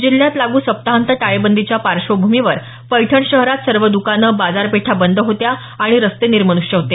जिल्ह्यात लागू सप्ताहांत टाळेबंदीच्या पार्श्वभूमीवर पैठण शहरात सर्व दुकाने बाजारपेठा बंद होत्या आणि रस्ते निर्मन्ष्य होते